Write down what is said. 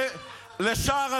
זה מה שאומר ריכטר,